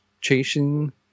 chasing